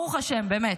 ברוך השם, באמת.